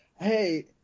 hey